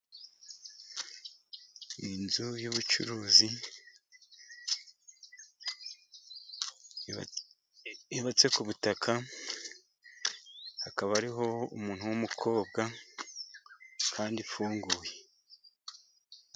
Inzu y'ubucuruzi yubatse ku butaka, hakaba hariho umuntu w'umukobwa kandi ifunguye.